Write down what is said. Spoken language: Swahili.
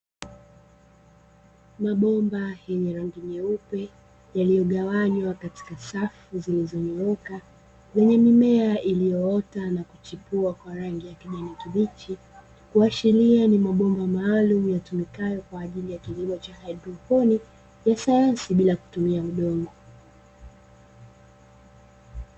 Mabomba yenye rangi nyeupe yaliyogawanywa katika safu zilizonyooka, zenye mimea iliyoota na kuchipua kwa rangi ya kijani kibichi, kuashiria ni mabomba maalumu yatumikayo kwa ajili ya kilimo cha haidroponi ya sayansi ya bila kutumia udongo.